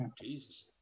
jesus